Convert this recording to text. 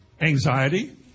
Anxiety